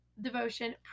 devotion